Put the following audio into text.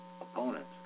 opponents